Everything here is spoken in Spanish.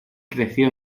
creció